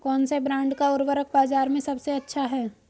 कौनसे ब्रांड का उर्वरक बाज़ार में सबसे अच्छा हैं?